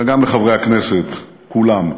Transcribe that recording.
וגם לחברי הכנסת כולם,